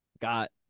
got